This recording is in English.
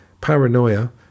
Paranoia